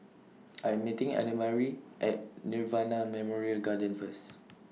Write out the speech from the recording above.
I'm meeting Annamarie At Nirvana Memorial Garden First